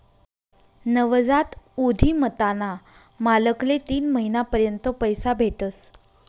नवजात उधिमताना मालकले तीन महिना पर्यंत पैसा भेटस